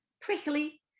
prickly